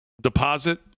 deposit